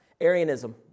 Arianism